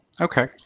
Okay